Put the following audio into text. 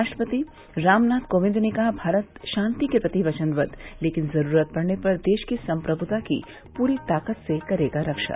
राष्ट्रपति रामनाथ कोविंद ने कहा भारत शांति के प्रति वचनबद्व लेकिन जरूरत पड़ने पर देश की संप्रभृता की पूरी ताकत से करेगा रक्षा